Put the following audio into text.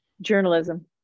journalism